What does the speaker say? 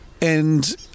And-